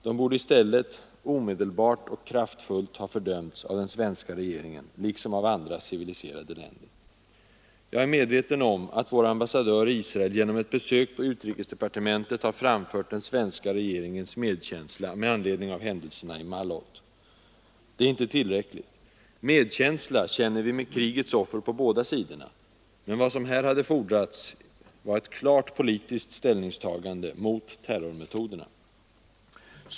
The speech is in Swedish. De borde i stället omedelbart och kraftfullt ha fördömts av den svenska regeringen liksom av andra civiliserade länders regeringar. Jag är medveten om att vår ambassadör i Israel genom ett besök på det israeliska utrikesdepartementet har framfört den svenska regeringens medkänsla med anledning av händelserna i Maalot. Det är inte tillräckligt. Medlidande känner vi med krigets offer på båda sidorna. Men vad som här hade fordrats var ett klart politiskt ställningstagande mot terrormetoderna.